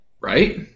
right